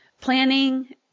planning